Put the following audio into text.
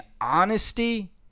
honesty